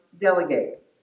delegate